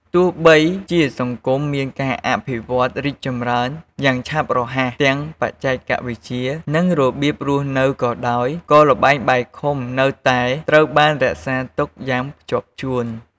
ទោះបីជាសង្គមមានការអភិវឌ្ឍរីកចម្រើនយ៉ាងឆាប់រហ័ស ទាំងបច្ចេកវិទ្យា និងរបៀបរស់នៅក៏ដោយ ក៏ ល្បែងបាយខុំ នៅតែត្រូវបានរក្សាទុកយ៉ាងខ្ជាប់ខ្ជួន។